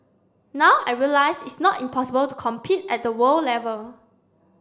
now I realise it's not impossible to compete at the world level